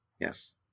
Yes